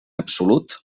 absolut